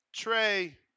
Trey